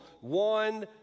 one